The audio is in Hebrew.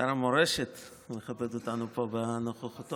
שר המורשת, מכבד אותנו פה בנוכחותו.